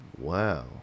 Wow